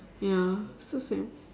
ya still same